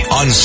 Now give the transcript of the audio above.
on